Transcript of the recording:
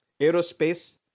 aerospace